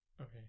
Okay